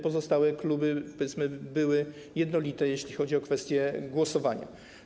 Pozostałe kluby były jednolite, jeśli chodzi o kwestię głosowania.